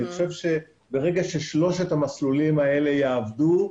אני חושב שברגע ששלושת המסלולים האלה יעבדו,